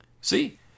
See